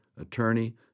attorney